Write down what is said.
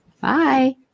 Bye